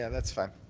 yeah that's fine.